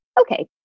Okay